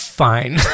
fine